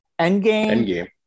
Endgame